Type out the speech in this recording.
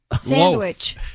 Sandwich